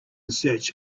search